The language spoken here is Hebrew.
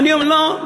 אז מה זה כן?